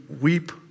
weep